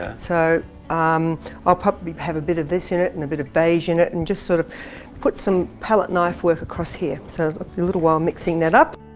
so um i'll probably have a bit of this in it, and a bit of beige in it, and just sort of put some palette knife work across here. so a little while mixing that up.